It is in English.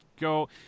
go